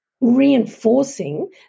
reinforcing